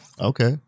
okay